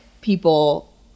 people